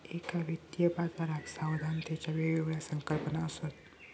एका वित्तीय बाजाराक सावधानतेच्या वेगवेगळ्या संकल्पना असत